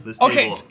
Okay